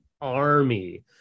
army